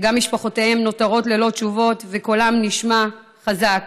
וגם משפחותיהם נותרות ללא תשובות, וקולן נשמע חזק.